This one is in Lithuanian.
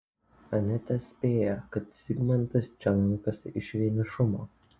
anita spėjo kad zygmantas čia lankosi iš vienišumo